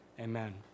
Amen